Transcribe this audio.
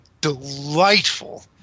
delightful